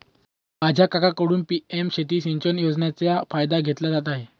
माझा काकांकडून पी.एम शेती सिंचन योजनेचा फायदा घेतला जात आहे